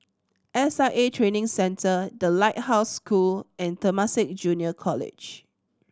S I A Training Centre The Lighthouse School and Temasek Junior College